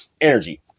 energy